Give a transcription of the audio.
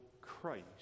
Christ